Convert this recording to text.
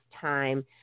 time